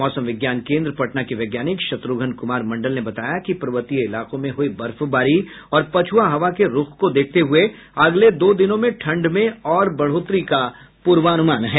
मौसम विज्ञान केन्द्र पटना के वैज्ञानिक शत्रुघ्न कुमार मंडल ने बताया कि पर्वतीय इलाकों में हुई बर्फबारी और पछुआ हवा के रूख को देखते हुए अगले दो दिनों में ठंड में और बढ़ोतरी का पूर्वानुमान है